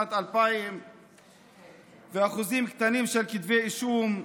שנת 2000 ועל אחוזים קטנים של כתבי אישום,